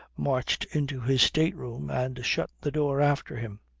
marched into his state room and shut the door after him.